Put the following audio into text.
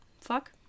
Fuck